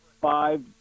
five